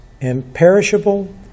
imperishable